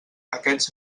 aquests